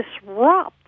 disrupt